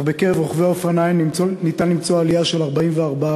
אך בקרב רוכבי האופניים ניתן למצוא עלייה של 44%;